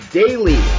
daily